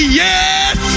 yes